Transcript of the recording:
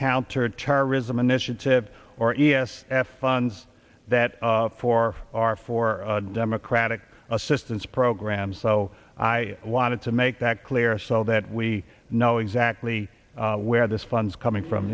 counter terrorism initiative or e s f funds that for our for democratic assistance program so i wanted to make that clear so that we know exactly where this funds coming from